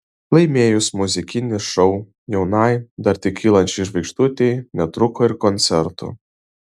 laimėjus muzikinį šou jaunai dar tik kylančiai žvaigždutei netrūko ir koncertų